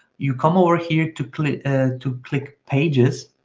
you come over here to click ah to click pages.